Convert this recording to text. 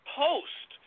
post